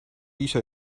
ise